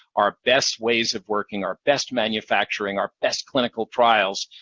our best ways of working, our best manufacturing, our best clinical trials,